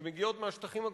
שמגיעות מהשטחים הכבושים,